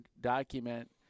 document